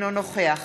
אינו נוכח